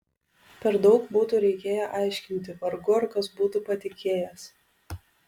per daug būtų reikėję aiškinti vargu ar kas būtų patikėjęs